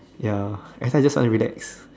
ya that's why I just sounded relax